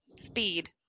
speed